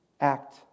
act